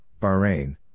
Bahrain